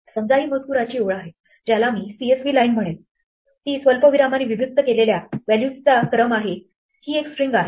समजा ही मजकुराची ओळ आहे ज्याला मी csvline म्हणेल ती स्वल्पविरामाने विभक्त केलेल्या व्हॅल्यूजचा क्रम आहे ही एक स्ट्रिंग आहे